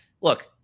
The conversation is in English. Look